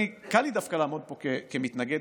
וקל לי דווקא לעמוד פה בתור מתנגד,